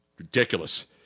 Ridiculous